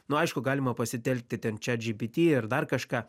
nu aišku galima pasitelkti ten chat gpt ir dar kažką